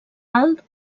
alt